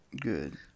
good